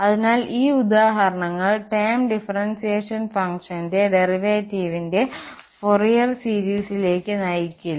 അതിനാൽ ഈ ഉദാഹരണത്തിൽ ടേം ഡിഫറൻഷ്യേഷൻ ഫംഗ്ഷന്റെ ഡെറിവേറ്റീവിന്റെ ഫോറിയർ സീരിസിലേക്ക് നയിക്കില്ല